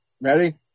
Ready